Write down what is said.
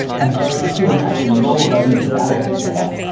and so if you imagine you're all going into battle together,